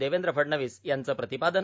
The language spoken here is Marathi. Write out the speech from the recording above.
देवेंद्र फडणवीस यांचं प्रतिपादन